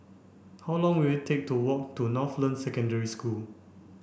how long will it take to walk to Northland Secondary School